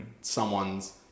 someone's